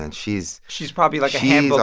and she's. she's probably like